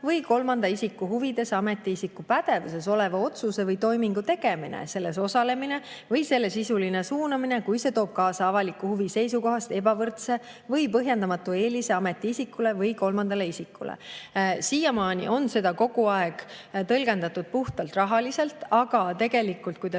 või kolmanda isiku huvides ametiisiku pädevuses oleva otsuse või toimingu tegemine, selles osalemine või selle sisuline suunamine, kui see toob kaasa avaliku huvi seisukohast ebavõrdse või põhjendamatu eelise ametiisikule või kolmandale isikule." Siiamaani on seda kogu aeg tõlgendatud puhtalt rahaliselt, aga tegelikult, olles